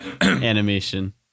animation